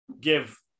give